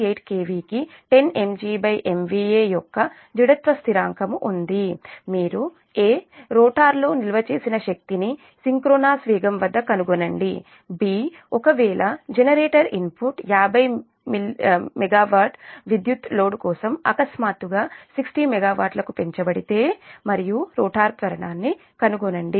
8 kV కి 10 MJ MVA యొక్క జడత్వ స్థిరాంకం ఉంది మీరు ఎ రోటర్లో నిల్వ చేసిన శక్తిని సింక్రోనస్ వేగం వద్ద కనుగొనండి బి ఒకవేళ జనరేటర్ ఇన్పుట్ 50 MW విద్యుత్ లోడ్ కోసం అకస్మాత్తుగా 60 మెగావాట్లకు పెంచబడితే మరియు రోటర్ త్వరణాన్ని కనుగొనండి